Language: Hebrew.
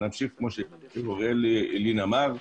כמו שאמר אוריאל לין אמר,